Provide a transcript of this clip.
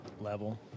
level